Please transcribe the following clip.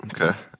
Okay